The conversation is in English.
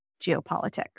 geopolitics